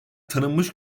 tanınmış